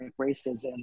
racism